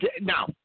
Now